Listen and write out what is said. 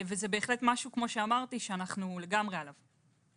זה בהחלט משהו שאנחנו לגמרי עליו.